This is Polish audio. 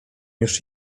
już